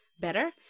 better